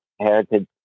heritage